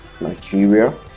Nigeria